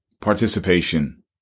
participation